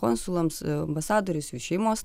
konsulams ambasadorius jų šeimos